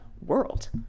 world